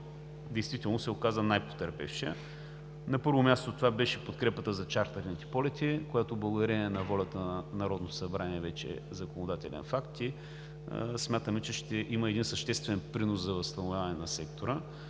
действително се оказа най потърпевшият. На първо място, това беше подкрепата за чартърните полети, която благодарение на волята на Народното събрание вече е законодателен факт, и смятаме, че ще има един съществен принос за възстановяване на сектора